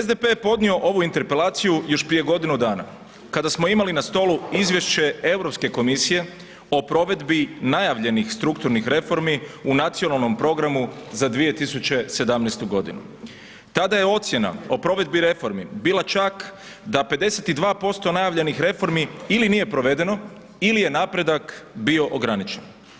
SDP je podnio ovu interpelaciju još prije godinu dana kada smo imali na stolu izvješće Europske komisije o provedbi najavljenih strukturnih reformi u nacionalnom programu za 2017.g. Tada je ocjena o provedbi reformi bila čak da 52% najavljenih reformi ili nije provedeno, ili je napredak bio ograničen.